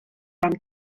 ran